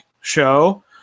show